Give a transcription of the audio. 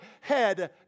head